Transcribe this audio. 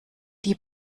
die